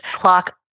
CLOCK